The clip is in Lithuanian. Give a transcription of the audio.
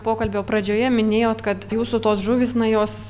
pokalbio pradžioje minėjot kad jūsų tos žuvys na jos